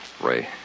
ray